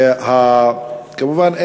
כמובן,